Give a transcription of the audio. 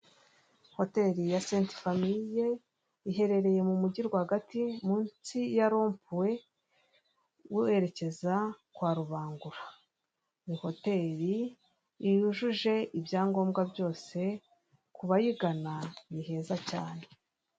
Azure foregisi biro iherereye kwa rando mu mujyi wa Kigali, werekeza i Remera, ni biro deshanje ivunja neza.